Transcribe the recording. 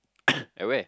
at where